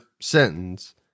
sentence